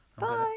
Bye